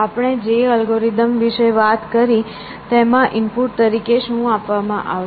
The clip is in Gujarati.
આપણે જે અલ્ગોરિધમ વિશે વાત કરી તેમાં ઇનપુટ તરીકે શું આપવામાં આવશે